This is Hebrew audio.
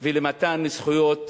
ולמתן זכויות,